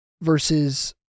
versus